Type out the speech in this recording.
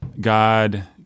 God